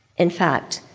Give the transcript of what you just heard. in fact,